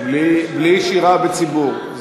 בלי שירה בציבור.